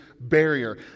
barrier